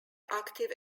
active